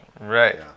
Right